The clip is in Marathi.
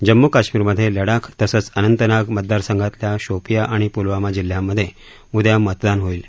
जम्मू कश्मीरमधे लडाख तसंच अनंतनाग मतदारसंघातल्या शोपियां आणि पुलवामा जिल्ह्यांमधे उद्या मतदान होईल